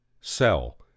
sell